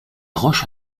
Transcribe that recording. roche